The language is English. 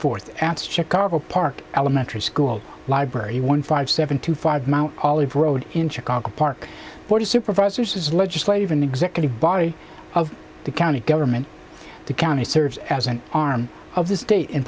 fourth at chicago park elementary school library one five seven two five mount olive road in chicago park board of supervisors is legislative and executive body of the county government the county serves as an arm of the state